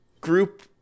group